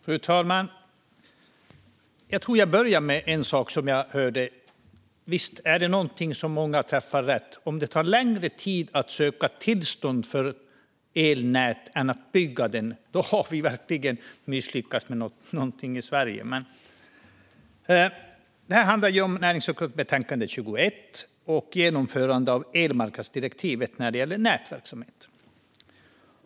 Fru talman! Jag tror att jag börjar med en sak som jag hörde; visst är det någonting som träffar rätt. Om det tar längre tid att söka tillstånd för elnät än att bygga dem har vi verkligen misslyckats med någonting i Sverige. Det här handlar om näringsutskottets betänkande 21 Genomförande av elmarknadsdirektivet när det gäller nätverksamhet .